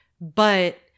But-